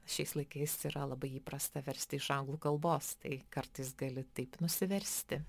šiais laikais yra labai įprasta versti iš anglų kalbos tai kartais gali taip nusiversti